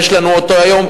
יש לנו אותו היום,